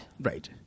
Right